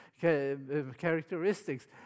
characteristics